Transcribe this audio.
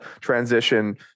transition